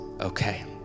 okay